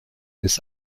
des